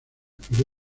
pero